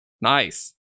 Nice